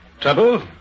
Trouble